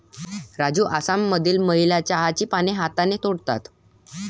राजू आसाममधील महिला चहाची पाने हाताने तोडतात